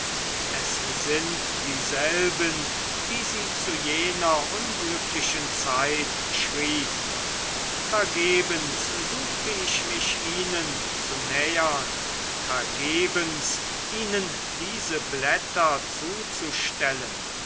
es sind dieselben die sie zu jener unglücklichen zeit schrieb vergebens suchte ich mich ihnen zu nähern vergebens ihnen diese blätter zuzustellen